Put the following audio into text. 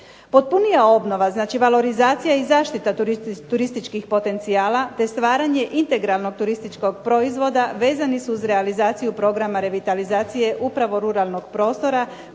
Potpunija obnova, znači valorizacija i zaštita turističkih potencijala, te stvaranje integralnog turističkog proizvoda vezani su uz realizaciju programa revitalizacije upravo ruralnog prostora